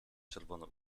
czerwone